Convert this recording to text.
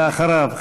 ואחריו,